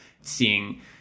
seeing